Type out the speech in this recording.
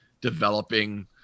developing